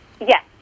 Yes